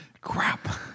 Crap